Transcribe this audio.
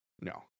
no